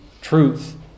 Truth